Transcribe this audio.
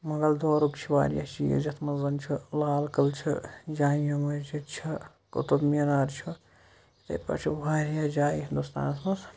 مۄغل دورُک چھِ واریاہ چیٖز یَتھ منٛز زن چھُ لال قلہٕ چھِ جامع مسجد چھِ قطب مینار چھُ یِتھَے پٲٹھۍ چھِ واریاہ جایہِ ہِندُستانَس منٛز